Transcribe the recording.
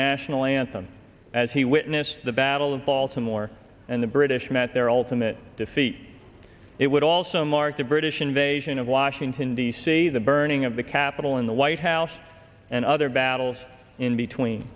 national anthem as he witnessed the battle of baltimore and the british met their ultimate defeat it would also mark the british invasion of washington d c the burning of the capitol in the white house and other battles in between